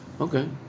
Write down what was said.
Okay